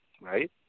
right